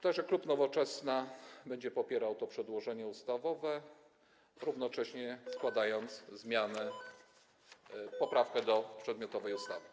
Tak że klub Nowoczesna będzie popierał to przedłożenie ustawowe, równocześnie składając poprawkę do przedmiotowej ustawy.